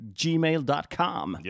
gmail.com